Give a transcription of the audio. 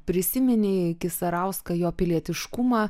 prisiminei kisarauską jo pilietiškumą